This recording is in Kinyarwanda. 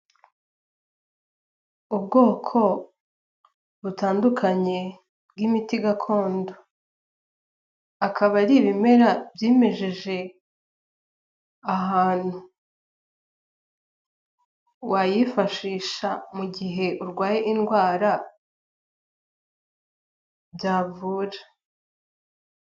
Ubwoko butandukanye bw'imiti gakondo, akaba ari ibimera byimejeje ahantu, wayifashisha mu gihe urwaye indwara byavura.